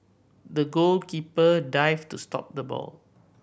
the goalkeeper dived to stop the ball